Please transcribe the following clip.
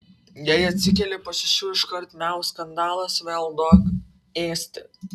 jei atsikeli po šešių iškart miau skandalas vėl duok ėsti